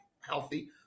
healthy